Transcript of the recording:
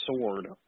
sword